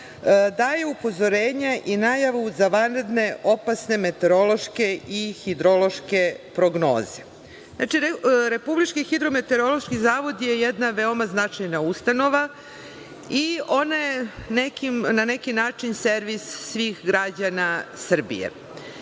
daje upozorenje i najavu za vanredne opasne meteorološke i hidrološke prognoze. Znači, RHMZ je jedna veoma značajna ustanova i ona je na neki način servis svih građana Srbije.